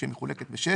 מחולקת ב־6,